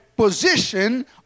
Position